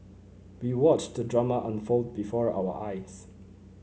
we watched the drama unfold before our eyes